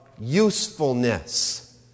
Usefulness